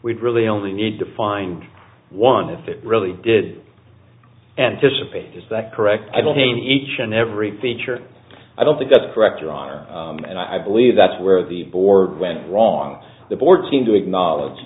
we'd really only need to find one if it really did anticipate is that correct i don't hate each and every feature i don't think that's correct your honor and i believe that's where the board went wrong the board seemed to acknowledge